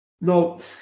No